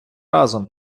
разом